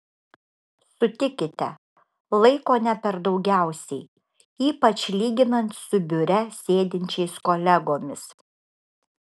sutikite laiko ne per daugiausiai ypač lyginant su biure sėdinčiais kolegomis